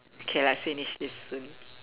K let's finish this soon